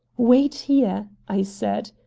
wait here! i said.